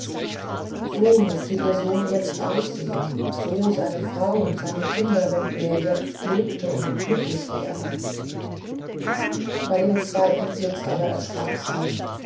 so müßte ihr sohn jetzt aussehen so seine frau und seine kinder wenn er jetzt lebte und glücklich wäre bei dem zweiten blitz aber erschrak sie